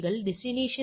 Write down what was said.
1 இல் 0